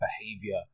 behavior